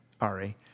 Ari